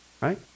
right